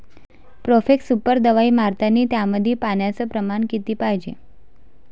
Profex Super दवाई मारतानी त्यामंदी पान्याचं प्रमाण किती पायजे?